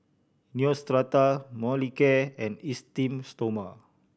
Neostrata Molicare and Esteem Stoma